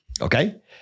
Okay